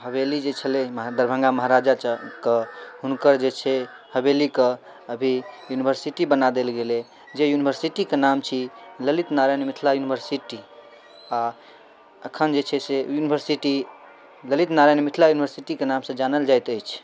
हवेली जे छलै दरभङ्गा महाराजा चऽ के हुनकर जे छै हवेलीके अभी यूनिवर्सिटी बना देल गेलै जाहि यूनिवर्सिटीके नाम छी ललित नारायण मिथिला यूनिवर्सिटी आओर एखन जे छै से यूनिवर्सिटी ललित नारायण मिथिला यूनिवर्सिटीके नामसँ जानल जाइत अछि